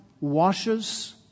washes